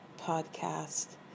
podcast